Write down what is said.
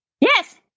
Yes